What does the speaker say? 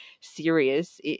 serious